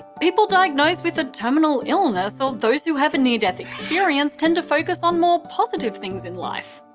people diagnosed with a terminal illness or those who have a near death experience tend to focus on more positive things in life.